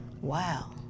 Wow